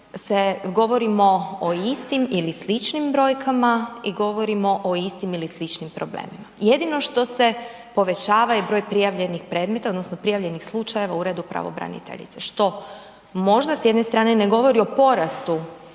govorimo o istim ili sličnim brojkama i govorimo o istim ili sličnim problemima. Jedino što se povećava je broj prijavljenih predmeta odnosno prijavljenih slučajeva u Uredu pravobraniteljice što možda s jedne strane ne govori o porastu